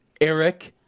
Eric